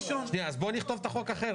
אולי נכתוב את החוק אחרת,